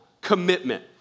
commitment